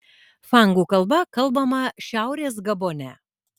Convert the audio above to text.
fangų kalba kalbama šiaurės gabone